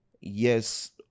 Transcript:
yes